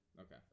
Okay